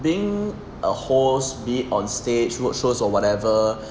being a host be it on stage roadshows or whatever